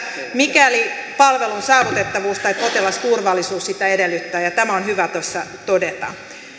mikäli palvelun saavutettavuus tai potilasturvallisuus sitä edellyttää ja tämä on hyvä tässä todeta